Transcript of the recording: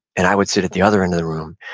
and i would sit at the other end of the room,